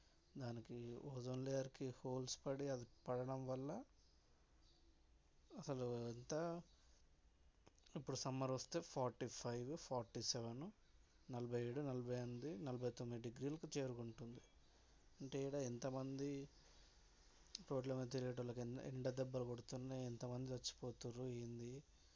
దానికి ఓజోన్ లేయర్కి హోల్స్ పడి అది పడడం వల్ల అసలు ఎంత ఇప్పుడు సమ్మర్ వస్తే ఫార్టీ ఫైవ్ ఫార్టీ సెవెన్ నలభై ఏడు నలభై ఎనిమిది నలభై తొమ్మిది డిగ్రీలకు చేరుకుంటుంది అంటే ఈడ ఎంతమంది రోడ్లమీద తిరిగేటోళ్ళకు ఎండ దెబ్బలు కొడుతున్నాయి ఎంతమంది చచ్చిపోతుండ్రు ఏంది